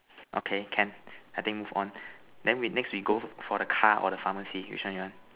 okay can I think move on then we next we go for the car or the pharmacy which one you want